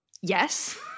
Yes